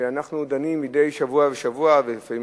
ושם אנחנו דנים מדי שבוע בשבוע ולפעמים